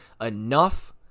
enough